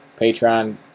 Patreon